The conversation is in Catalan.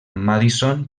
madison